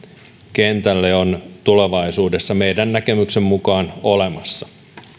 kentälle on tulevaisuudessa meidän näkemyksemme mukaan olemassa